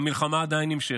והמלחמה עדיין נמשכת.